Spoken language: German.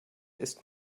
ist